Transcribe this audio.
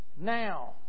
now